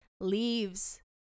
leaves